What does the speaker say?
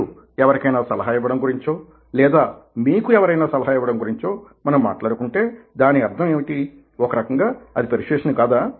మీరు ఎవరికైనా సలహా ఇవ్వడం గురించో లేదా మీకు ఎవరైనా సలహా ఇవ్వడం గురించో మనం మాట్లాడుకుంటే దాని అర్థం ఏమిటి ఒకరకంగా అది పెర్సుయేసన్ కాదా